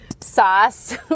sauce